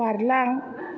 बारलां